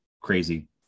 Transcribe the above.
crazy